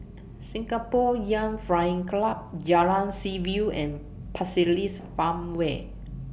Singapore Youth Flying Club Jalan Seaview and Pasir Ris Farmway